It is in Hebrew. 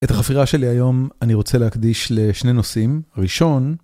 את החפירה שלי היום אני רוצה להקדיש לשני נושאים, ראשון...